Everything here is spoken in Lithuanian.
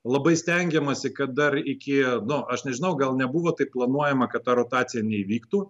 labai stengiamasi kad dar iki nu aš nežinau gal nebuvo taip planuojama kad ta rotacija neįvyktų